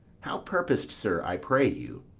how purpos'd, sir, i pray you?